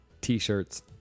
t-shirts